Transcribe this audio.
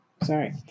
Sorry